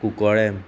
कुकोळ्ळेंम